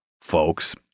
folks